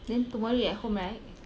then tomorrow you at home right